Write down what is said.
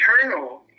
eternal